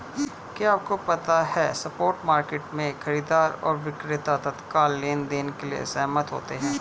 क्या आपको पता है स्पॉट मार्केट में, खरीदार और विक्रेता तत्काल लेनदेन के लिए सहमत होते हैं?